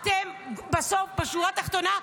בשורה התחתונה,